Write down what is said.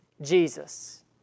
Jesus